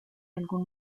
algún